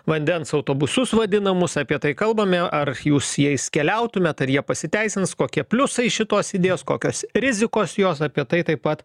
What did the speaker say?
vandens autobusus vadinamus apie tai kalbame ar jūs jais keliautumėt ar jie pasiteisins kokie pliusai šitos idėjos kokios rizikos jos apie tai taip pat